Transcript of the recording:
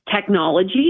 technology